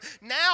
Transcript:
Now